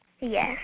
Yes